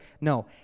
No